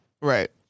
right